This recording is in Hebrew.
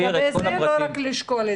לא רק לשקול את זה.